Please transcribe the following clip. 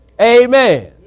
Amen